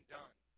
done